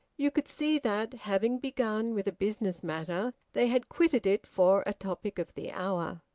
you could see that, having begun with a business matter, they had quitted it for a topic of the hour.